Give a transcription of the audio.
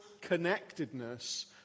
connectedness